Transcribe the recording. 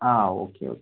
ആ okay okay